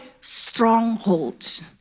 strongholds